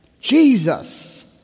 Jesus